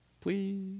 Please